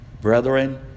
Brethren